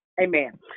Amen